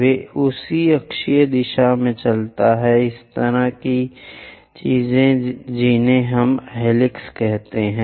वे उस अक्षीय दिशा में चलते हैं इस तरह की चीजें जिन्हें हम हेलिक्स कहते हैं